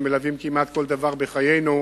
שמלווים כמעט כל דבר בחיינו,